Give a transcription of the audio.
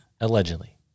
Allegedly